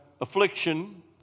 affliction